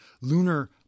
lunar